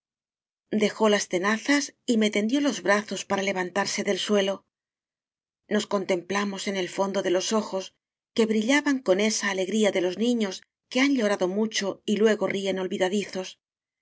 pharosdejó las tenazas y me tendió los brazos para levantarse del suelo nos contemplamos en el fondo de los ojos que brillaban con esa alegría de los niños que han llorado mucho y lue go ríen olvidadizos